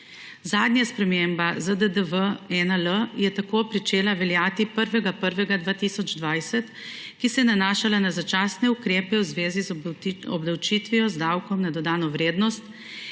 Zadnja sprememba ZDDV-1L je tako pričela veljati 1. 1. 2020, ki se je nanašala na začasne ukrepe v zvezi z obdavčitvijo z davkom na dodano vrednost,